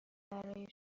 برای